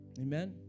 Amen